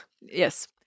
Yes